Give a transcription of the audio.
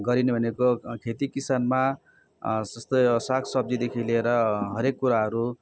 गरिने भनेको खेती किसानमा जस्तै अब सागसब्जीदेखि लिएर हरेक कुराहरू